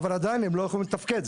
אבל עדיין לא יכולים לתפקד.